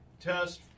test